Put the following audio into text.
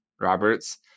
Roberts